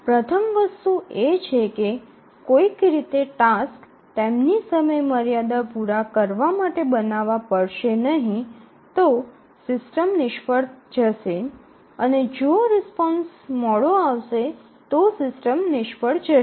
પ્રથમ વસ્તુ છે કે કોઈક રીતે ટાસક્સ તેમની સમયમર્યાદા પૂરા કરવા માટે બનાવવા પડશે નહીં તો સિસ્ટમ નિષ્ફળ જશે અને જો રિસ્પોન્સ મોડો આવશે તો સિસ્ટમ નિષ્ફળ જશે